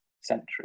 century